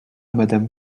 madame